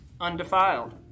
undefiled